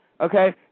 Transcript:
okay